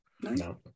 No